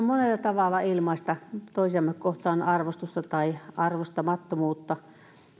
monella tavalla ilmaista toisiamme kohtaan arvostusta tai arvostamattomuutta